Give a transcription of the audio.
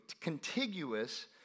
contiguous